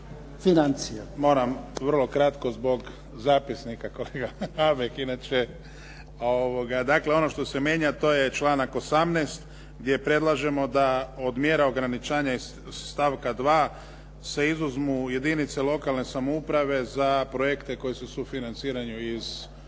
govornik se ne razumije./… inače. Dakle, ono što se mijenja to je članak 18. gdje predlažemo da od mjera ograničenja iz stavka 2. se izuzmu jedinice lokalne samouprave za projekte koji su sufinancirani iz